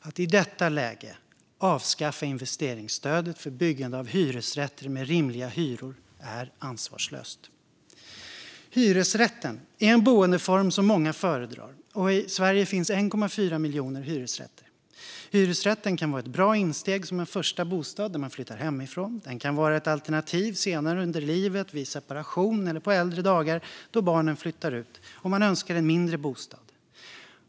Att i detta läge avskaffa investeringsstödet för byggande av hyresrätter med rimliga hyror är ansvarslöst. Hyresrätten är en boendeform som många föredrar. I Sverige finns 1,4 miljoner hyresrätter. Hyresrätten kan vara ett bra insteg som en första bostad när man flyttar hemifrån. Den kan vara ett alternativ senare i livet vid separation eller på äldre dagar då barnen flyttar ut och man önskar en mindre bostad.